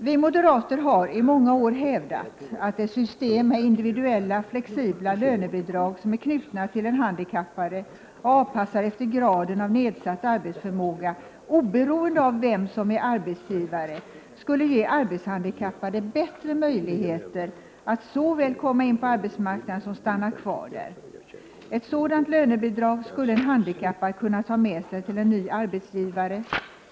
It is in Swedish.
Vi moderater har i många år hävdat att ett system med individuella, flexibla lönebidrag som är knutna till den handikappade och avpassade efter graden av nedsatt arbetsförmåga oberoende av vem som är arbetsgivare, skulle ge arbetshandikappade bättre möjligheter att såväl komma in på arbetsmarknaden som stanna kvar där. Ett sådant lönebidrag skulle en handikappad kunna ta med sig till en ny arbetsgivare.